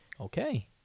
okay